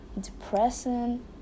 Depressing